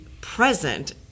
present